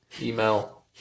Email